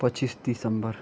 पच्चिस दिसम्बर